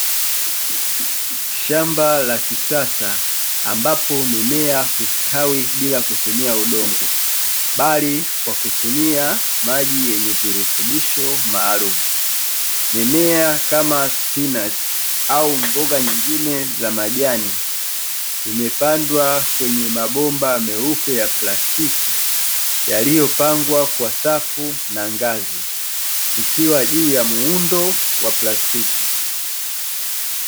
Shamba la kisasa ambapo mimea hustawi bila kutumia udongo, bali kwa kutumia maji yenye virutubisho maalum. Mimea kama spinachi au mboga nyingine za majani, zimepandwa kwenye mabomba meupe ya plastiki yaliyopangwa kwa safu na ngazi ikiwa juu ya muundo wa plastiki.